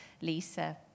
Lisa